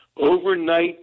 Overnight